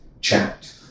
chat